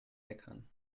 meckern